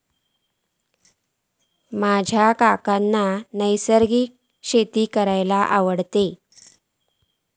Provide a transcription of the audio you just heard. माझ्या काकांका नैसर्गिक शेती करूंक आवडता